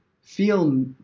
feel